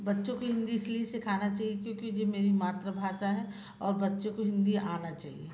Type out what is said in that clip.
बच्चों को हिंदी इसलिए सिखाना चाहिए क्योंकि जे मेरी मातृभाषा है और बच्चों को हिंदी आना चाहिए